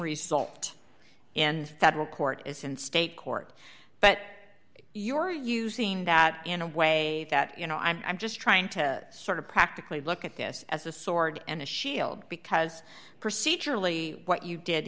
result in federal court is in state court but you're using that in a way that you know i'm i'm just trying to sort of practically look at this as a sword and a shield because procedurally what you did